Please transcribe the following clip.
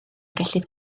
gellid